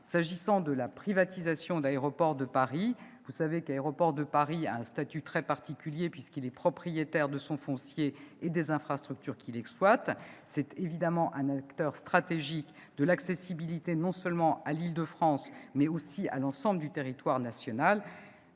Quant à la privatisation d'Aéroports de Paris, vous savez que cette entreprise a un statut très particulier puisqu'elle est propriétaire de son foncier et des infrastructures qu'elle exploite. C'est évidemment un acteur stratégique de l'accessibilité, non seulement à l'Île-de-France, mais aussi à l'ensemble du territoire national.